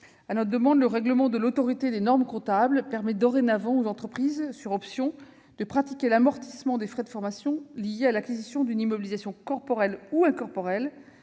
à notre demande, le règlement de l'Autorité des normes comptables permet dorénavant aux entreprises de pratiquer, sur option, l'amortissement des frais de formation liés à l'acquisition d'une immobilisation corporelle ou incorporelle.